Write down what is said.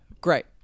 great